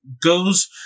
goes